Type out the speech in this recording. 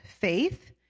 faith